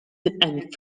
and